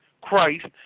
Christ